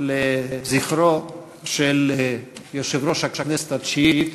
לזכרו של יושב-ראש הכנסת התשיעית